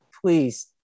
please